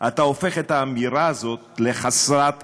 אתה הופך את האמירה הזאת לחסרת תוכן.